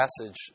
passage